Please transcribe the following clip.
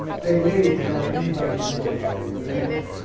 they leave without anybody knowing they were there.